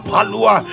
Palua